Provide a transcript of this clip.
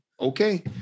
okay